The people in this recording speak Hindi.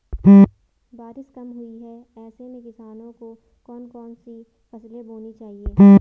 बारिश कम हुई है ऐसे में किसानों को कौन कौन सी फसलें बोनी चाहिए?